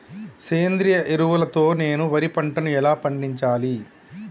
సేంద్రీయ ఎరువుల తో నేను వరి పంటను ఎలా పండించాలి?